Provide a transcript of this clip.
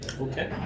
Okay